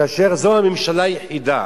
כאשר זו הממשלה היחידה